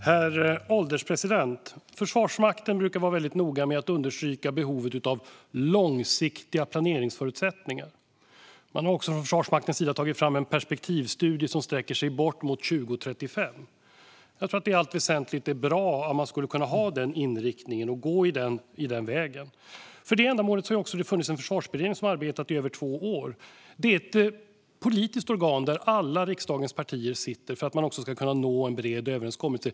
Herr ålderspresident! Försvarsmakten brukar vara väldigt noga med att understryka behovet av långsiktiga planeringsförutsättningar. Man har också från Försvarsmaktens sida tagit fram en perspektivstudie som sträcker sig bort mot år 2035. Jag tror att det i allt väsentligt är bra om man skulle kunna ha denna inriktning och gå den vägen. För det ändamålet har det funnits en försvarsberedning som har arbetat i över två år. Det är ett politiskt organ där alla riksdagens partier sitter för att man ska kunna nå en bred överenskommelse.